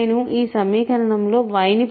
నేను ఈ సమీకరణంలో y ని పొందుతాను